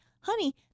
honey